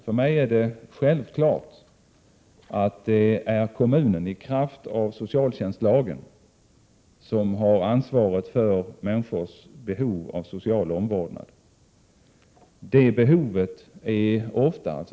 För mig är det självklart att det är kommunen som i kraft av socialtjänstlagen har ansvaret för tillgodoseendet av människors behov av social omvårdnad.